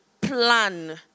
plan